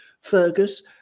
Fergus